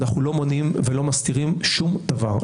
אנחנו לא מונעים ולא מסתירים שום דבר.